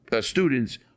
students